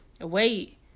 Wait